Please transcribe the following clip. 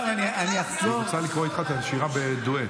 תוספות, היא רוצה לקרוא איתך את השירה בדואט.